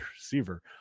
receiver